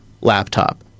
Laptop